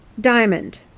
Diamond